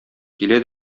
килә